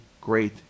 great